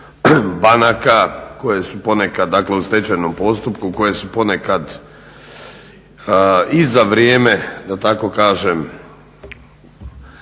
banaka koje su ponekad dakle u stečajnom postupku, koje su ponekad i za vrijeme da tako kažem